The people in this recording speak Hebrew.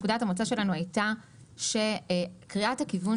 נקודת המוצא שלנו הייתה שקריאת הכיוון